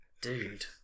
Dude